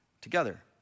together